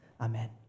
Amen